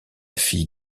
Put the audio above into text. fille